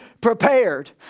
prepared